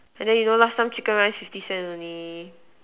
and then you know last time chicken rice fifty cent only